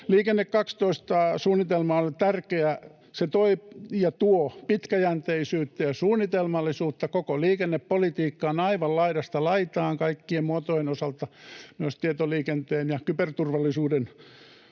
Liikenne 12 ‑suunnitelma on tärkeä. Se tuo pitkäjänteisyyttä ja suunnitelmallisuutta koko liikennepolitiikkaan aivan laidasta laitaan kaikkien muotojen osalta, myös tietoliikenteen ja kyberturvallisuuden osalta,